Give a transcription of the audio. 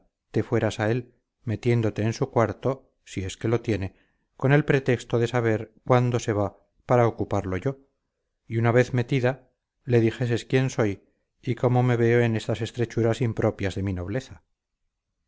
te fueras a él metiéndote en su cuarto si es que lo tiene con el pretexto de saber cuándo se va para ocuparlo yo y una vez metida le dijeses quién soy y como me veo en estas estrechuras impropias de mi nobleza